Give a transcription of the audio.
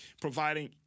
providing